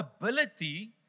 ability